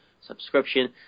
subscription